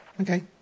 Okay